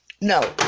no